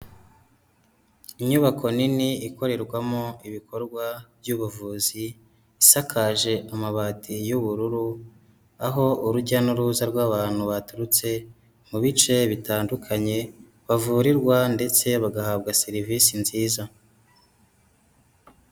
Inyubako nini ikorerwamo ibikorwa by'ubuvuzi, isakaje amabati y'ubururu, aho urujya n'uruza rw'abantu baturutse mu bice bitandukanye, bavurirwa ndetse bagahabwa serivisi nziza.